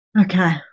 okay